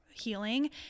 healing